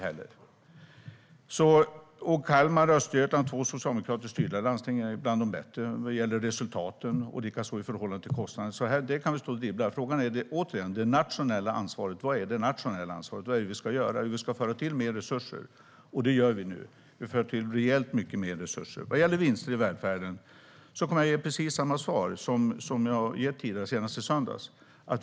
Kalmar och Östergötland - det är två socialdemokratiskt styrda landsting - är bland de bättre vad gäller resultaten, likaså i förhållande till kostnaden. När det gäller detta kan vi stå och dribbla. Frågan är återigen: Vad är det nationella ansvaret? Vad är det vi ska göra? Jo, vi ska föra till mer resurser, och det gör vi nu. Vi för till rejält mycket mer resurser. Vad gäller vinster i välfärden kommer jag att ge precis samma svar som jag har gett tidigare, senast i söndags.